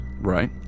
Right